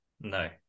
No